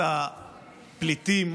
את הפליטים,